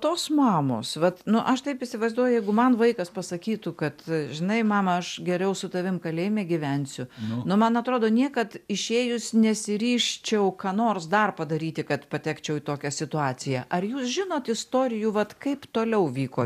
tos mamos vat nu aš taip įsivaizduoju jeigu man vaikas pasakytų kad žinai mama aš geriau su tavim kalėjime gyvensiu nu man atrodo niekad išėjus nesiryžčiau ką nors dar padaryti kad patekčiau į tokią situaciją ar jūs žinot istorijų vat kaip toliau vyko